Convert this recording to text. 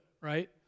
right